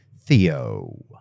THEO